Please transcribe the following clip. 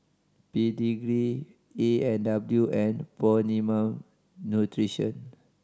Pedigree A and W and Optimum Nutrition